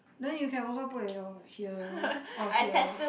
then you can also put at your here or here